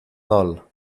dol